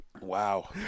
Wow